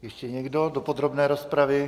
Ještě někdo do podrobné rozpravy?